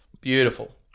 Beautiful